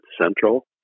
Central